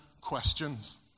questions